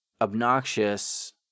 Obnoxious